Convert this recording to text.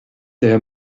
daher